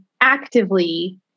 actively